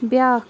بیٛاکھ